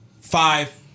five